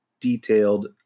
detailed